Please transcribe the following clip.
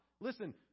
Listen